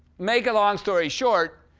make a long story short,